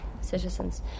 citizens